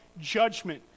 judgment